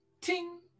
ting